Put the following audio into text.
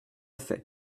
fait